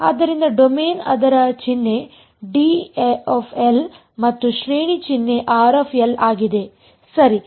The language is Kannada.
ಆದ್ದರಿಂದ ಡೊಮೇನ್ ಅದರ ಚಿಹ್ನೆ D ಮತ್ತು ಶ್ರೇಣಿ ಚಿಹ್ನೆ R ಆಗಿದೆ ಸರಿ